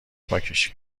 پاکش